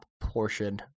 portion